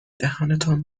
دهانتان